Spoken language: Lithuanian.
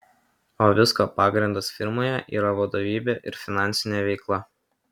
o visko pagrindas firmoje yra vadovybė ir finansinė veikla